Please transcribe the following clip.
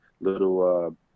little